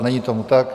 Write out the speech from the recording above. Není tomu tak.